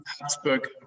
Habsburg